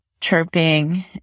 chirping